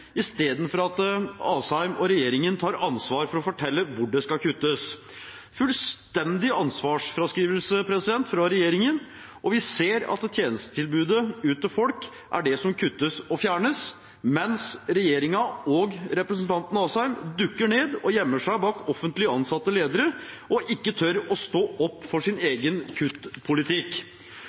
istedenfor at Asheim og regjeringen tar ansvar for å fortelle hvor det skal kuttes. Det er en fullstendig ansvarsfraskrivelse fra regjeringens side. Vi ser at tjenestetilbudet ut til folk er det som kuttes og fjernes, mens regjeringen og representanten Asheim dukker ned og gjemmer seg bak offentlig ansatte ledere og ikke tør å stå opp for sin egen kuttpolitikk.